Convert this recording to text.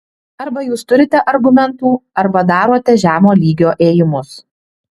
arba jūs turite argumentų arba darote žemo lygio ėjimus